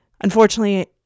Unfortunately